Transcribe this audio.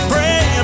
Pray